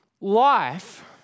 life